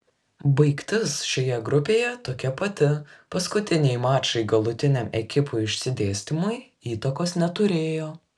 baigtis šioje grupėje tokia pati paskutiniai mačai galutiniam ekipų išsidėstymui įtakos neturėjo